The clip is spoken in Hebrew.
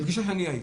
בפגישה שאני הייתי,